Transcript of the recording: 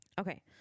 Okay